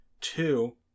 Two